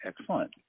Excellent